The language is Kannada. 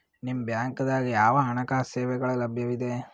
ನಿಮ ಬ್ಯಾಂಕ ದಾಗ ಯಾವ ಹಣಕಾಸು ಸೇವೆಗಳು ಲಭ್ಯವಿದೆ?